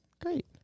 great